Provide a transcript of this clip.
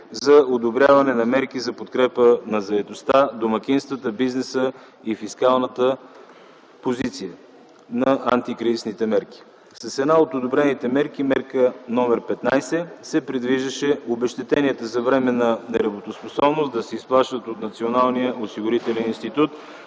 за одобряване на мерки за подкрепа на заетостта, домакинствата, бизнеса и фискалната позиция на антикризисните мерки. С една от одобрените мерки -№ 15, се предвиждаше обезщетенията за временна нетрудоспособност да се изплащат от Националния осигурителен институт